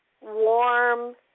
warm